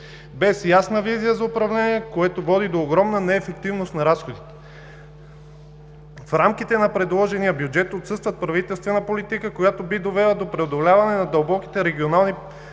без ясна визия за управление, което води до огромна неефективност на разходите. В рамките на предложения бюджет отсъства правителствена политика, която би довела до преодоляване на дълбоките регионални проблеми,